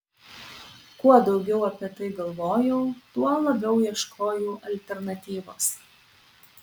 kuo daugiau apie tai galvojau tuo labiau ieškojau alternatyvos